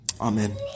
Amen